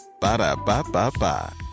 Ba-da-ba-ba-ba